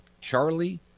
Charlie